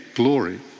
glory